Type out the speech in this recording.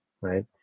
Right